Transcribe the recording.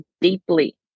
deeply